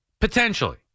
Potentially